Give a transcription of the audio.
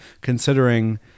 Considering